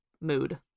mood